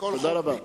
תודה רבה.